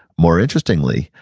more interestingly,